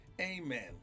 Amen